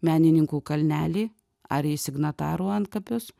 menininkų kalnelį ar į signatarų antkapius